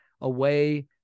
away